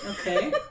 Okay